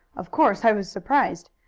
of course i was surprised.